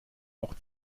auch